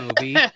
movie